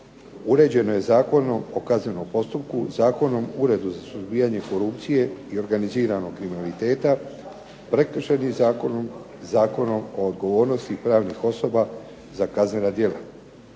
uređeno je Zakonom o kaznenom postupku, Zakonom o uredu za suzbijanje korupcije i organiziranog kriminaliteta, Prekršajnim zakonom, Zakonom o odgovornosti pravnih osoba za kaznena djela.